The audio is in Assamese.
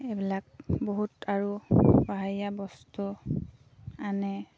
এইবিলাক বহুত আৰু পাহাৰীয়া বস্তু আনে